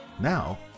Now